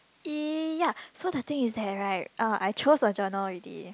y~ ya so the thing is that right I chose a journal already